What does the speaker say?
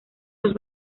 los